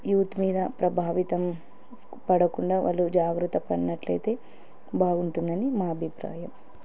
youth మీద ప్రభావం పడకుండా వాళ్ళు జాగ్రత పడినట్లయితే బాగుంటుందని మా అభిప్రాయం